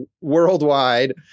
worldwide